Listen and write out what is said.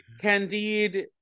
candide